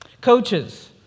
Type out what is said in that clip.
Coaches